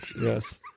yes